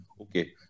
Okay